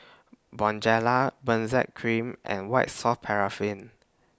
Bonjela Benzac Cream and White Soft Paraffin